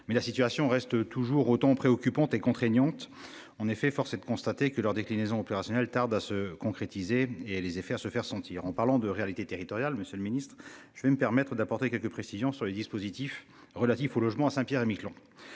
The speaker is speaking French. mais la situation reste toujours autant préoccupante et contraignante. En effet, force est de constater que leur déclinaison opérationnelle tarde à se concrétiser et les effets à se faire sentir en parlant de réalités territoriales, Monsieur le Ministre, je vais me permettre d'apporter quelques précisions sur les dispositifs relatifs au logement à Saint-Pierre-et-Miquelon.